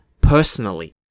personally